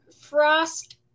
Frost